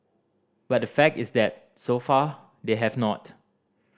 but the fact is that so far they have not